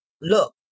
look